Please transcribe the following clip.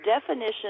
definition